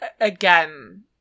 again